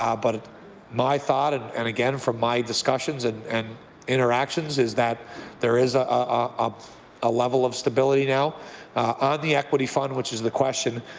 ah but my thought, and and, again, from my discussions and and interactions is that there is ah ah a level of stability now. on ah the equity fund which is the question,